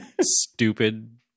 stupid